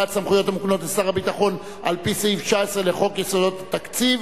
את הסמכויות המוקנות לשר הביטחון על-פי סעיף 19 לחוק יסודות התקציב,